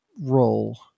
role